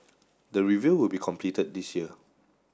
the review will be completed this year